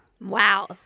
Wow